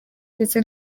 ndetse